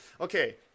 okay